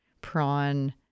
prawn-